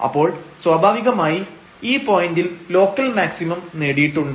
അപ്പോൾ സ്വാഭാവികമായി ഈ പോയന്റിൽ ലോക്കൽ മാക്സിമം നേടിയിട്ടുണ്ട്